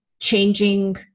changing